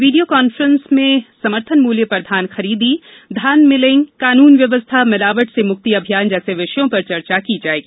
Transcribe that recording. video conferencing में समर्थन मूल्य पर धान खरीदी धान मिलिंग कानून व्यवस्था मिलावट से मुक्ति अभियान जैसे विषयों पर चर्चा की जायेगी